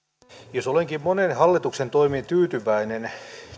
jos olenkin moniin hallituksen toimiin tyytyväinen